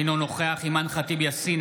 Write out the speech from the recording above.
אינו נוכח אימאן ח'טיב יאסין,